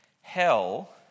Hell